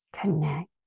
Connect